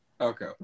Okay